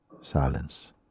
Silence